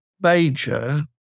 major